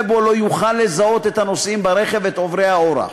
בו לא יוכל לזהות את הנוסעים ברכב ואת עוברי האורח.